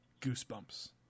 goosebumps